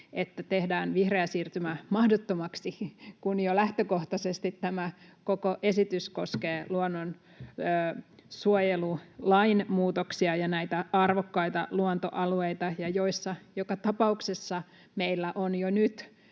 että tehdään vihreä siirtymä mahdottomaksi, kun jo lähtökohtaisesti tämä koko esitys koskee luonnonsuojelulain muutoksia ja näitä arvokkaita luontoalueita, joissa joka tapauksessa meillä on jo nyt